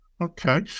Okay